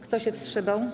Kto się wstrzymał?